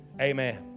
amen